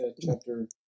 chapter